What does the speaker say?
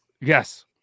Yes